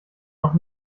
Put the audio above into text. noch